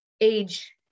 age